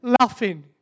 laughing